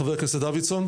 חבר הכנסת דוידסון.